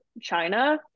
China